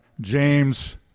James